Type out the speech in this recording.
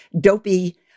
dopey